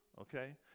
Okay